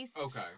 Okay